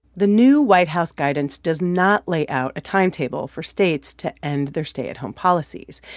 the new white house guidance does not lay out a timetable for states to end their stay-at-home policies.